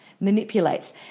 Manipulates